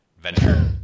venture